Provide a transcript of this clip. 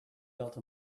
built